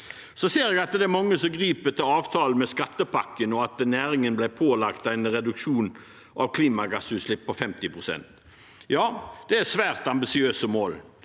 Så ser jeg at det er mange som griper til avtalen med skattepakken, og at næringen ble pålagt en reduksjon av klimagassutslipp på 50 pst. Ja, det er svært ambisiøse mål.